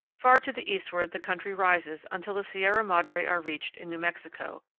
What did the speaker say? far to the eastward the country rises until the sierra madre are reached in new mexico,